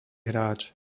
hráč